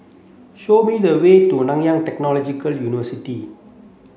show me the way to Nanyang Technological University